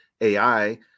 AI